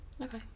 okay